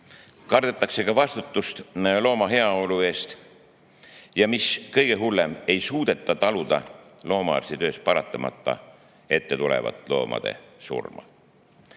Kardetakse ka vastutust looma heaolu eest. Ja mis kõige hullem, ei suudeta taluda loomaarsti töös paratamatult ette tulevat loomade surma.